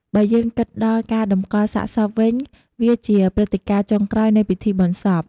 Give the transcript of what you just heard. បើយើងគិតដល់ការតម្កលសាកសពវិញវាជាព្រឹត្តិការណ៍ចុងក្រោយនៃពិធីបុណ្យសព។